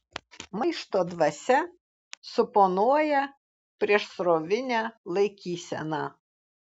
maišto dvasia suponuoja priešsrovinę laikyseną